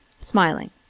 smiling